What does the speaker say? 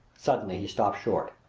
suddenly he stopped short.